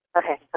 okay